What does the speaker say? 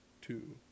two